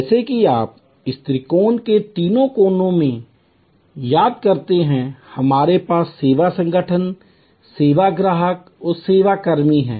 जैसा कि आप इस त्रिकोण के तीनों कोनों में याद करते हैं हमारे पास सेवा संगठन सेवा ग्राहक और सेवा कर्मी हैं